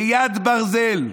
כיד ברזל.